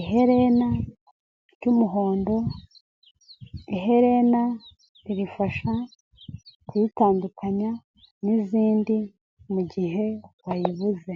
iherena ry'umuhondo, iherena ririfasha kuyitandukanya n'izindi mu gihe wayibuze.